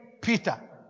Peter